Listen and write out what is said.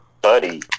buddy